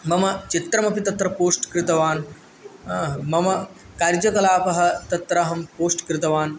मम चित्रमपि तत्र पोस्ट् कृतवान् मम कार्यकलापः तत्र अहं पोस्ट् कृतवान्